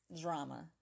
drama